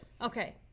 Okay